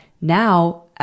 now